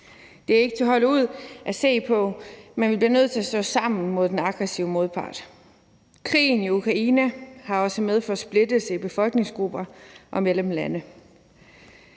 Det er ikke til at holde ud at se på, men vi bliver nødt til at stå sammen mod den aggressive modpart. Krigen i Ukraine har også medført splittelse i befolkningsgrupper og mellem lande.